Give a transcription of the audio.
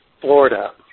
Florida